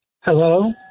Hello